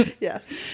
Yes